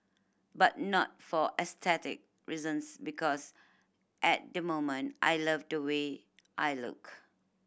but not for aesthetic reasons because at the moment I love the way I look